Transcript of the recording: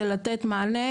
זה לתת מענה,